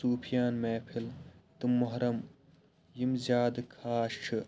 صوفیان محفِل تہٕ محرم یم زیادٕ خاص چھِ